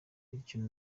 bityo